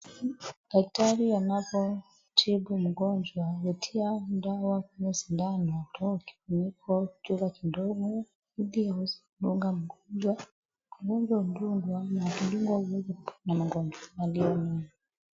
Daktari anavyotibu mgonjwa hutia dawa kwenye sindano kutoa kifuniko kuchota kidovu ili awezekudunga mgonjwa. mgonjwa mdung anadungwa aweze kupona mgonjwa aliye nayo.